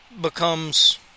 becomes